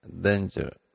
danger